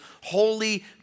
holy